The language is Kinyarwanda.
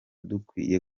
dukwiye